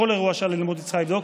כל אירוע של אלימות היא צריכה לבדוק,